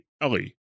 Ellie